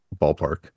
ballpark